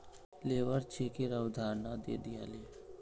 labour चेकेर अवधारणा के दीयाले